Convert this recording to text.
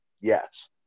yes